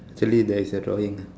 actually there is a drawing